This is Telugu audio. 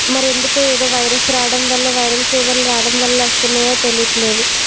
మరి ఎందుకు ఏదో వైరస్ రావడం వల్ల వైరల్ ఫీవర్ రావడం వల్ల వస్తున్నాయో తెలియట్లేదు